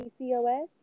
PCOS